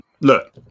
Look